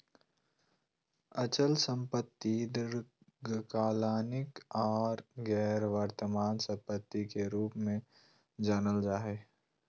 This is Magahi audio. अचल संपत्ति दीर्घकालिक आर गैर वर्तमान सम्पत्ति के रूप मे जानल जा हय